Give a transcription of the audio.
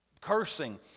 Cursing